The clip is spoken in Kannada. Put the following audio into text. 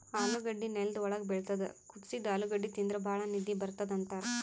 ಆಲೂಗಡ್ಡಿ ನೆಲ್ದ್ ಒಳ್ಗ್ ಬೆಳಿತದ್ ಕುದಸಿದ್ದ್ ಆಲೂಗಡ್ಡಿ ತಿಂದ್ರ್ ಭಾಳ್ ನಿದ್ದಿ ಬರ್ತದ್ ಅಂತಾರ್